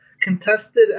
Contested